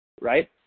Right